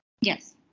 Yes